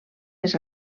les